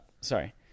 Sorry